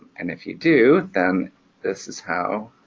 and if you do, then this is how